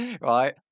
right